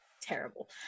Terrible